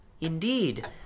Indeed